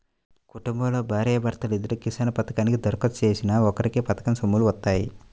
కుటుంబంలో భార్యా భర్తలిద్దరూ కిసాన్ పథకానికి దరఖాస్తు చేసినా ఒక్కరికే పథకం సొమ్ములు వత్తాయి